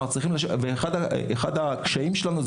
אחד הקשיים שלנו,